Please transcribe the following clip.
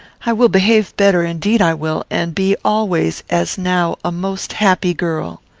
i will behave better, indeed i will, and be always, as now, a most happy girl.